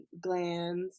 glands